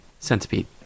centipede